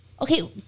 Okay